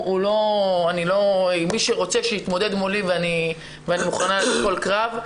אם מישהו רוצה, שיתמודד מולי ואני מוכנה לכל קרב.